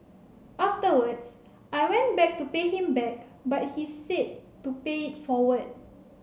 afterwards I went back to pay him back but he said to pay it forward